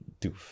doof